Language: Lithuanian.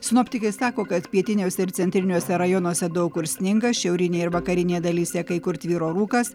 sinoptikai sako kad pietiniuose ir centriniuose rajonuose daug kur sninga šiaurinėje ir vakarinėje dalyse kai kur tvyro rūkas